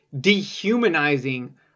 dehumanizing